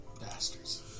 Bastards